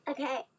Okay